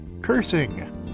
cursing